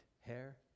hair